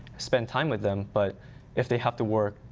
spend time with them. but if they have to work,